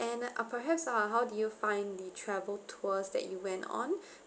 and uh perhaps uh how did you find the travel tours that you went on